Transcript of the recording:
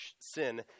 sin